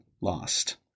lost